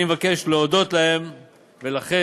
אני מבקש להודות להם ולכם